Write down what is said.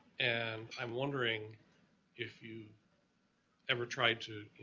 and i'm wondering if you ever tried to,